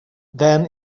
then